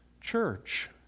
church